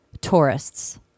tourists